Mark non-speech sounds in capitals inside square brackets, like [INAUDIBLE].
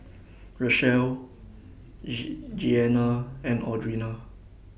Rachael [UNINTELLIGIBLE] Jeanna and Audrina